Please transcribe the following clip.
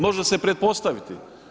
Može se pretpostaviti.